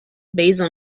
based